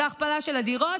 זאת הכפלה של מספר הדירות,